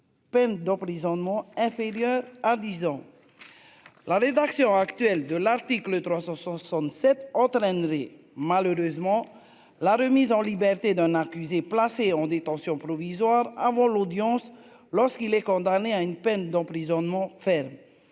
peine d'emprisonnement inférieure à 10 ans la rédaction actuelle de l'article 300 sont 67 entraînerait malheureusement la remise en liberté d'un accusé, placé en détention provisoire avant l'audience, lorsqu'il est condamné à une peine d'emprisonnement ferme,